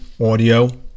audio